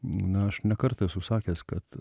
na aš ne kartą esu sakęs kad